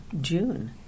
June